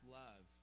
love